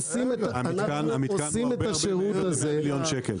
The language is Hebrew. המתקן הוא הרבה מעבר ל-100 מיליון שקל.